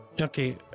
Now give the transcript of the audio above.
Okay